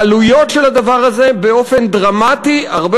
העלויות של הדבר הזה באופן דרמטי הרבה